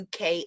UK